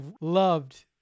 loved